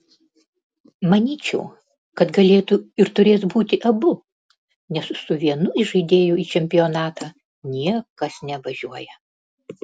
manyčiau kad galėtų ir turės būti abu nes su vienu įžaidėju į čempionatą niekas nevažiuoja